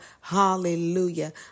hallelujah